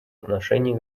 отношении